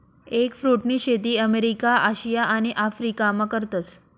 एगफ्रुटनी शेती अमेरिका, आशिया आणि आफरीकामा करतस